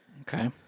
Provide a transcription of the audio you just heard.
Okay